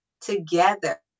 together